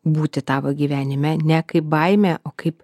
būti tavo gyvenime ne kaip baimė o kaip